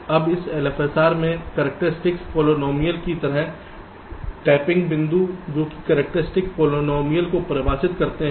अब इस LFSR में करक्टेर्सिटीस पोलीनोमिअल की तरह टैपिंग बिंदु जो वे करक्टेर्सिटीस पोलीनोमिअल को परिभाषित करते हैं